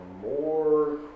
more